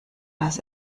das